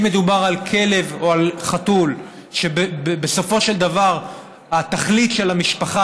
אם מדובר על כלב או על חתול שבסופו של דבר התכלית של המשפחה